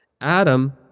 Adam